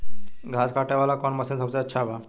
घास काटे वाला कौन मशीन सबसे अच्छा बा?